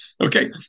Okay